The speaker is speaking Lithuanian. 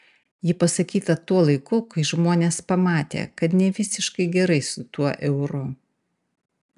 ji pasakyta tuo laiku kai žmonės pamatė kad ne visiškai gerai su tuo euru